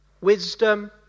wisdom